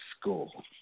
school